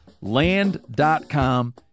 Land.com